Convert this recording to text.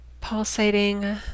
pulsating